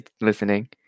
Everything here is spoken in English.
listening